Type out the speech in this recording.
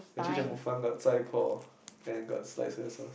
actually there's more fun got chai-poh and got light soya-sauce